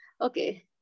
okay